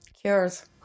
cures